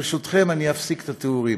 ברשותכם, אני אפסיק את התיאורים.